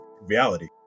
reality